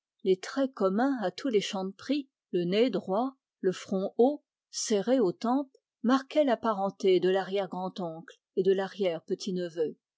les traits communs à tous les chanteprie le nez droit le front haut serré aux tempes marquaient la parenté de larrière grandoncle et de larrière petit neveu